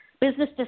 business